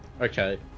Okay